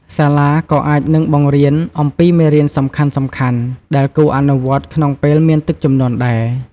សាលាក៏អាចនឹងបង្រៀនអំពីមេរៀនសំខាន់ៗដែលគួរអនុវត្តក្នុងពេលមានទឹកជំនន់ដែរ។